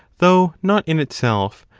though not in itself,